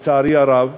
לצערי הרב,